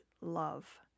love